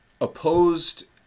opposed